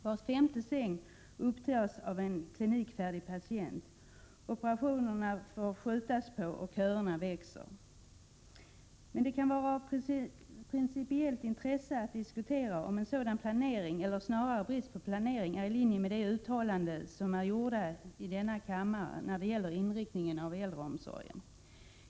Var femte säng tas upp av klinikfärdiga patienter, operationerna får skjutas upp och köerna växer. Det kan vara av principiellt intresse att diskutera om en sådan planering, eller snarare brist på planering, är i linje med de uttalanden som gjorts i denna kammare när det gäller inriktningen av äldreomsorgen.